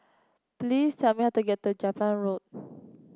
please tell me how to get to Jepang Road